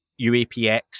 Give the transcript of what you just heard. UAPX